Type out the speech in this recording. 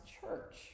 Church